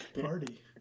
party